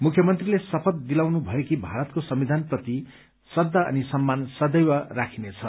मुख्यमन्त्रीले शपथ दिलाउनु भयो कि भारतको संविधान प्रति श्रद्वा अनि सम्मान सदैव राखिनेछ